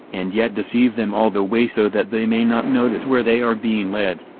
and yet deceive them all the way so that they may not notice where they are being led,